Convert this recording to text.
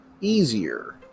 easier